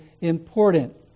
important